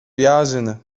jāzina